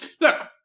Look